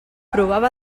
provava